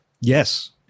Yes